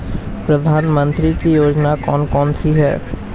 प्रधानमंत्री की योजनाएं कौन कौन सी हैं?